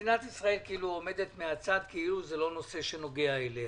מדינת ישראל עומדת מן הצד כאילו זה נושא שלא נוגע אליה.